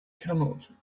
cannot